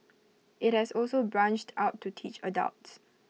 IT has also branched out to teach adults